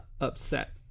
upset